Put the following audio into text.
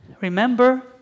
Remember